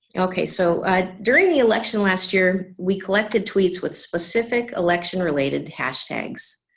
ok so ah during the election last year we collected tweets with specific election related hashtags